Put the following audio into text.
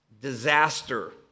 disaster